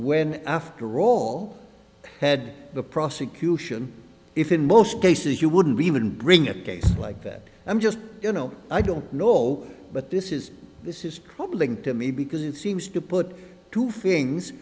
when after all had the prosecution if in most cases you wouldn't even bring a case like that i'm just you know i don't know but this is this is troubling to me because it seems to put two